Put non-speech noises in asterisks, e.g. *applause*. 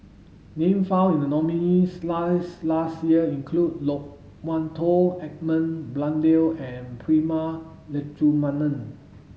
name found in the nominees' *unintelligible* last year include Loke Wan Tho Edmund Blundell and Prema Letchumanan